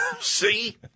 See